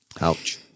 Ouch